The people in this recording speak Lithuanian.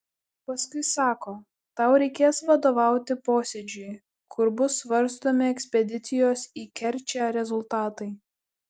paskui sako tau reikės vadovauti posėdžiui kur bus svarstomi ekspedicijos į kerčę rezultatai